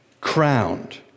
crowned